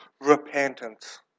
repentance